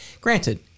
granted